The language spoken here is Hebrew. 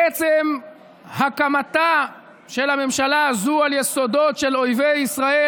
בעצם הקמתה של הממשלה הזאת על יסודות של אויבי ישראל,